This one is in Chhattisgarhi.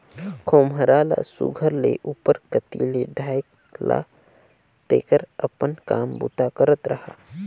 खोम्हरा ल सुग्घर ले उपर कती ले ढाएक ला तेकर अपन काम बूता करत रहा